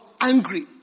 angry